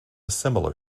similar